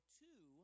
two